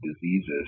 diseases